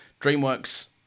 dreamworks